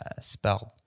Spelled